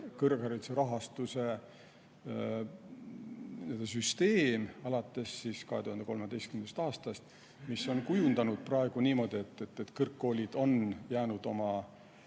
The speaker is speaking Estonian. kõrghariduse rahastuse süsteem alates 2013. aastast, mis on kujundanud praegu niimoodi, et kõrgkoolid on jäänud oma